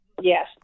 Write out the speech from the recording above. Yes